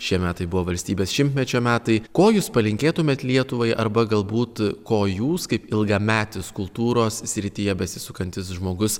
šie metai buvo valstybės šimtmečio metai ko jūs palinkėtumėt lietuvai arba galbūt ko jūs kaip ilgametis kultūros srityje besisukantis žmogus